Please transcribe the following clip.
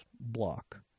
block